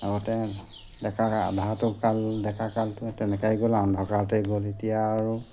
আগতে ডেকা ডাটো কাল ডেকা কালটো তেনেকেই গ'ল অন্ধকাৰতে গ'ল এতিয়া আৰু